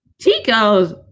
Tico's